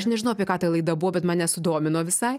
aš nežinau apie ką ta laida buvo bet mane sudomino visai